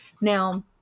Now